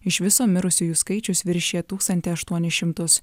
iš viso mirusiųjų skaičius viršija tūkstantį aštuonis šimtus